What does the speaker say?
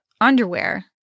underwear